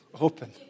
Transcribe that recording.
open